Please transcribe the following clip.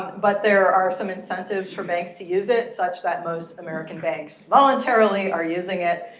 but there are some incentives for banks to use it such that most american banks voluntarily are using it.